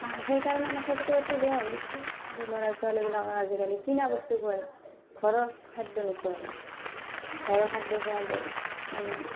সেইকাৰণে আমাৰ স্বাস্থ্যপাতি বেয়া হৈ গৈছে আৰু ল'ৰা ছোৱালীবিলাকক আজিকালি কিনা বস্তু খোৱায় ঘৰৰ খাদ্য নোখোৱায় ঘৰৰ খাদ্য খোৱালে মানে